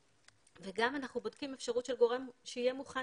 גם אנחנו בודקים אפשרות של גורם שיהיה מוכן